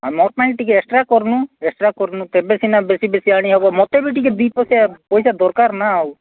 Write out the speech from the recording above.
ମୋ ପାଇଁ ଟିକେ ଏକ୍ସଟ୍ରା କରୁନୁ ଏକ୍ସଟ୍ରା କରୁନୁ ତେବେ ସିନା ବେଶା ବେଶୀ ଆଣି ହେବ ମୋତେ ବି ଟିକେ ଦି ପଟିଆ ପଇସା ପଇସା ଦରକାର ନା ଆଉ